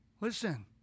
Listen